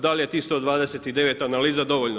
Da li je tih 129 analiza dovoljno?